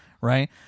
right